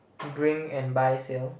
bring and buy sell